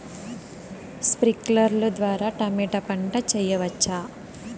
స్ప్రింక్లర్లు ద్వారా టమోటా పంట చేయవచ్చా?